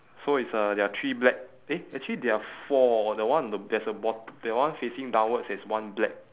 so it's uh there are three black eh actually there are four the one on the there's a bot~ the one facing downwards there's one black